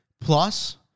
Plus